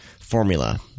formula